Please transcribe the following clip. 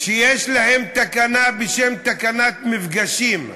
שיש להם תקנה בשם "תקנת מפגשים",